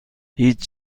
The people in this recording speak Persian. هیچ